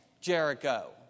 Jericho